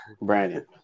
Brandon